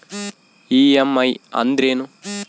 EMI ಅಂದ್ರೇನು?